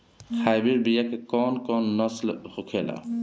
Hybrid बीया के कौन कौन नस्ल होखेला?